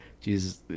Jesus